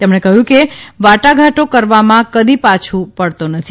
તેમણે કહ્યું કે ભારત વાટાઘાટો કરવામાં કદી પાછું પડતું નથી